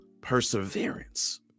perseverance